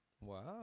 Wow